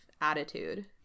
attitude